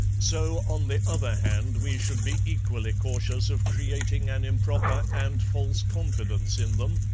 so on the other hand we should be equally cautious of creating an improper and false confidence in them,